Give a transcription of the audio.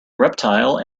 reptile